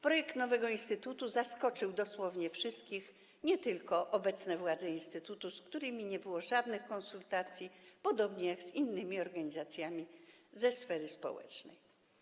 Projekt nowego instytutu zaskoczył dosłownie wszystkich, nie tylko obecne władze instytutu, z którymi nie przeprowadzono żadnych konsultacji, podobnie jak z innymi organizacjami sfery społecznej.